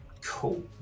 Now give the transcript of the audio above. Cool